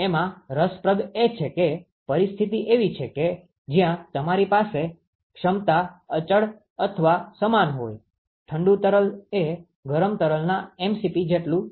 એમાં રસપ્રદ એ છે કે પરિસ્થિતિ એવી છે કે જ્યાં તમારી પાસે ક્ષમતા અચળ અથવા સમાન હોય ઠંડુ તરલ એ ગરમ તરલના mCp જેટલું છે